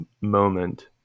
moment